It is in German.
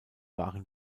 waren